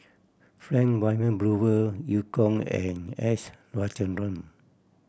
Frank Wilmin Brewer Eu Kong and S Rajendran